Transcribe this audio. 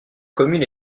commune